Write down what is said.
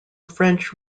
french